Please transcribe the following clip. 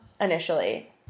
initially